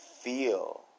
feel